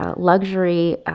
ah luxury,